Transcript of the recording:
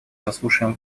заслушаем